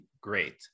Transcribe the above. great